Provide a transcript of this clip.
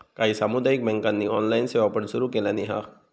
काही सामुदायिक बँकांनी ऑनलाइन सेवा पण सुरू केलानी हा